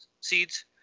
seeds